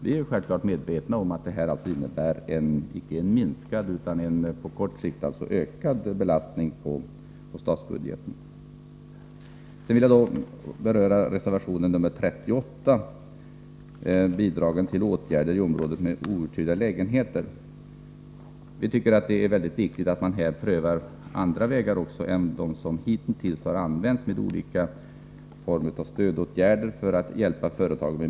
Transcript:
Vi är självfallet medvetna om att detta på kort sikt inte innebär en minskad utan ökad belastning på statsbudgeten. Jag vill också beröra reservation nr 38, som gäller bidragen till åtgärder i områden med outhyrda lägenheter. Det är mycket viktigt att man här prövar också andra vägar för att hjälpa företagen än dem som hittills har använts, med olika former av stödåtgärder.